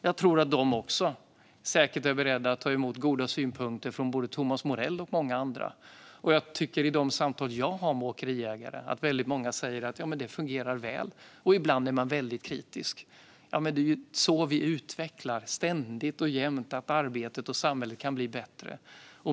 Jag tror att man på Trafikverket säkert också är beredd att ta emot goda synpunkter från både Thomas Morell och andra. I de samtal jag har med åkeriägarna tycker jag att det är väldigt många som säger att det fungerar väl, men ibland är man väldigt kritisk. Det är så vi utvecklar detta ständigt och jämt, så att arbetet och samhället kan bli bättre.